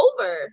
over